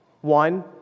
One